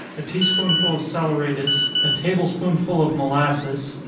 a tea-spoonful of saleratus, a table-spoonful of molasses,